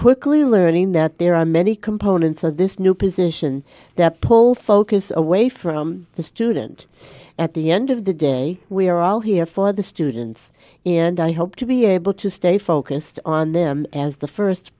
quickly learning that there are many components of this new position that pull focus away from the student at the end of the day we are all here for the students and i hope to be able to stay focused on them as the